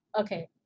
Okay